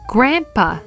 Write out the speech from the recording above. Grandpa